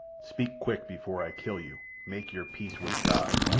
speak quick before i kill you! make your peace with god!